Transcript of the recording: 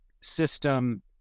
system